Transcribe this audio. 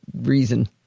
reason